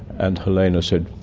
and helena said,